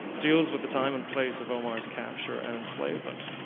deals with the time and place of omar's capture and enslavement.